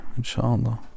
Insha'Allah